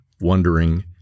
wondering